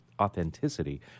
authenticity